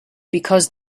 because